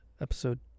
episode